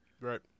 Right